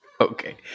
Okay